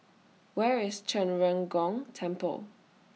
Where IS Zhen Ren Gong Temple